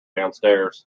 downstairs